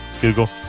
google